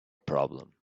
problem